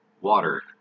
water